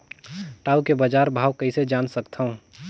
टाऊ के बजार भाव कइसे जान सकथव?